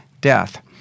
death